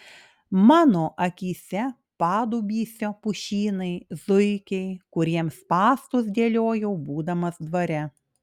mano akyse padubysio pušynai zuikiai kuriems spąstus dėliojau būdamas dvare